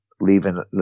leaving